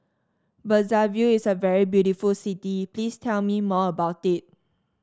Brazzaville is a very beautiful city please tell me more about it